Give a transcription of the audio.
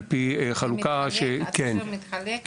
על פי חלוקה --- זה מתחלק,